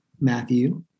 Matthew